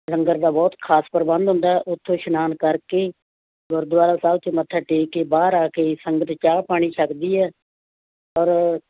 ਲੰਗਰ ਦਾ ਬਹੁਤ ਖ਼ਾਸ ਪ੍ਰਬੰਧ ਹੁੰਦਾ ਉੱਥੋਂ ਇਸ਼ਨਾਨ ਕਰਕੇ ਗੁਰਦੁਆਰਾ ਸਾਹਿਬ 'ਚ ਮੱਥਾ ਟੇਕ ਕੇ ਬਾਹਰ ਆ ਕੇ ਸੰਗਤ ਚਾਹ ਪਾਣੀ ਛੱਕਦੀ ਹੈ ਔਰ